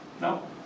no